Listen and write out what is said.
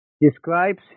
describes